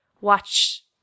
watch